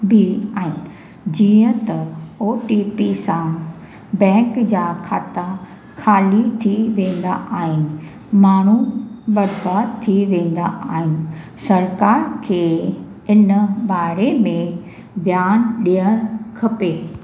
बि आहिनि जीअं त ओ टी पी सां बैंक जा खाता ख़ाली थी वेंदा आहिनि माण्हू बर्बाद थी वेंदा आहिनि सरकार खे इन बारे में ध्यानु ॾियणु खपे